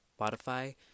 spotify